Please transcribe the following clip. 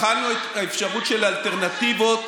בחנו אפשרות של אלטרנטיבות.